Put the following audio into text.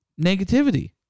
negativity